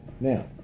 Now